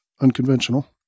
unconventional